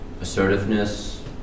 Assertiveness